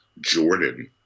Jordan